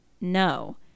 no